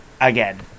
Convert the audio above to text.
Again